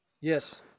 Yes